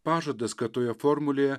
pažadas kad toje formulėje